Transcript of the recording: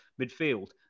midfield